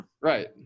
right